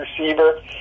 receiver